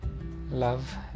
Love